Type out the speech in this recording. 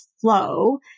Flow